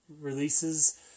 releases